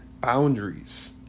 boundaries